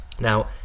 Now